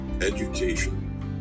education